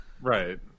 Right